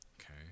okay